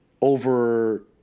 over